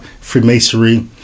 Freemasonry